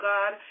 God